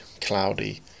cloudy